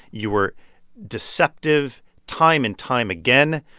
you were deceptive time and time again.